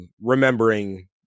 remembering